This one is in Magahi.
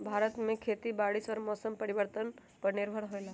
भारत में खेती बारिश और मौसम परिवर्तन पर निर्भर होयला